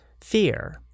fear